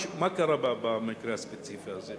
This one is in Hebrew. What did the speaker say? מה קרה במקרה הספציפי הזה?